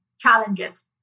challenges